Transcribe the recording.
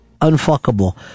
unfuckable